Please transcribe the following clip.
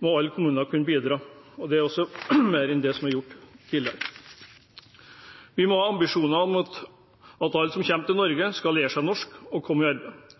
må alle kommuner kunne bidra – også mer enn det som er gjort tidligere. Vi må ha ambisjoner om at alle som kommer til Norge, skal lære seg norsk og komme i arbeid.